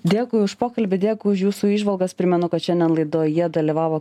dėkui už pokalbį dėkui už jūsų įžvalgas primenu kad šiandien laidoje dalyvavo